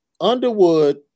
Underwood